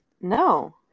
No